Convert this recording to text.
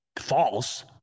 false